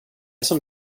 som